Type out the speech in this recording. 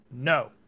No